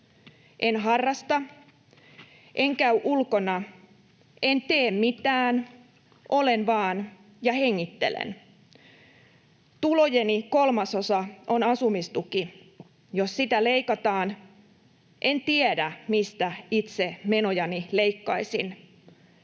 En harrasta, en käy ulkona, en tee mitään, olen vain ja hengittelen. Tulojeni kolmasosa on asumistuki. Jos sitä leikataan, en tiedä, mistä itse menojani leikkaisin.